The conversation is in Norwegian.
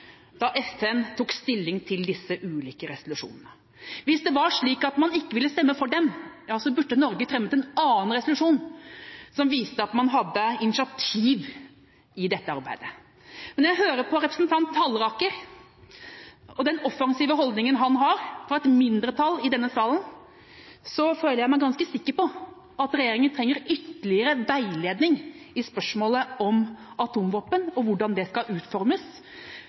da FN tok stilling til disse ulike resolusjonene. Hvis det var slik at man ikke ville stemme for dem, ja så burde Norge fremmet forslag til en annen resolusjon, som viste at man hadde initiativ i dette arbeidet. Men når jeg hører på representanten Halleraker og den offensive holdningen han har, på et mindretall i denne salen, føler jeg meg ganske sikker på at regjeringen trenger ytterligere veiledning i spørsmålet om atomvåpen og hvordan det skal utformes.